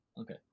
okay